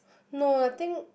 no I think